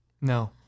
No